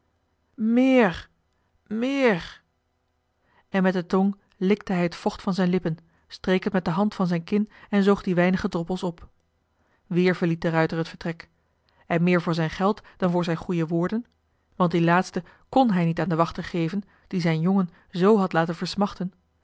meer meer en met de tong likte hij het vocht van zijn lippen streek het met de hand van zijn kin en zoog die weinige droppels op weer verliet de ruijter het vertrek en meer voor zijn geld dan voor zijn goeie woorden want die laatste kn hij niet aan den wachter geven die zijn jongen zoo had laten versmachten